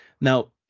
Now